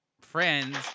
friends